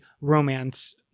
romance